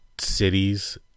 cities